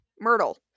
Myrtle